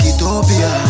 Ethiopia